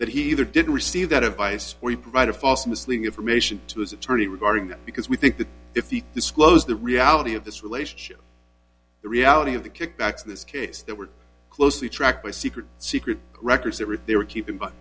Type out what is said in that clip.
that he either did receive that advice or he provided false misleading information to his attorney regarding that because we think that if he disclosed the reality of this relationship the reality of the kickbacks this case that were closely tracked by secret secret records that rick they were keeping b